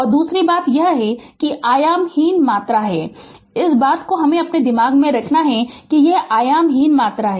और दूसरी बात यह है कि यह आयामहीन मात्रा है इस बात को हमें अपने दिमाग में रखना है यह आयामहीन मात्रा है